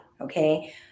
okay